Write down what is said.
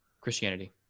Christianity